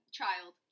child